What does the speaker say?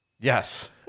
Yes